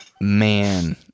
Man